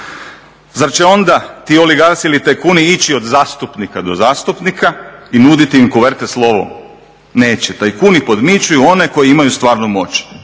Zar će onda ti … ili tajkuni ići od zastupnika do zastupnika i nuditi im kuverte s lovom? Neće. Tajkuni podmićuju one koji imaju stvarnu moć,